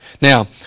Now